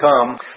come